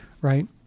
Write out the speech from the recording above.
right